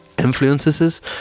Influences